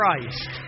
Christ